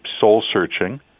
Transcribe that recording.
soul-searching